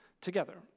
together